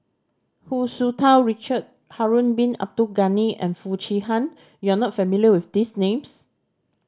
Hu Tsu Tau Richard Harun Bin Abdul Ghani and Foo Chee Han you are not familiar with these names